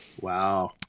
Wow